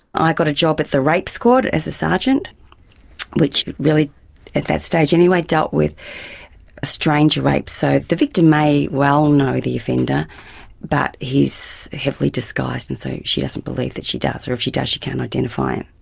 i got a job at the rape squad as a sergeant which really at that stage anyway dealt with stranger stranger rape so the victim may well know the offender but he's heavily disguised and so she doesn't believe that she does, or if she does she can't identify him.